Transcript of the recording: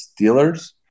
Steelers